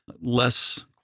less